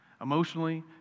emotionally